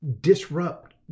disrupt